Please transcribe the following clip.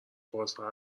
بازها